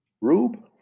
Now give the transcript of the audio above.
Rube